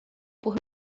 por